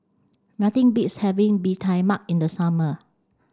nothing beats having Bee Tai Mak in the summer